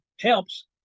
helps